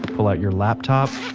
pull out your laptop,